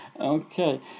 Okay